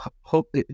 hope